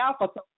alpha